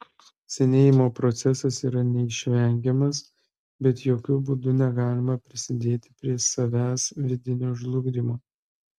senėjimo procesas yra neišvengiamas bet jokiu būdu negalima prisidėti prie savęs vidinio žlugdymo